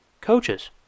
coaches